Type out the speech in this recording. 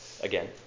Again